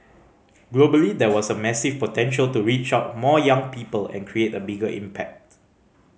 globally there was a massive potential to reach out more young people and create a bigger impact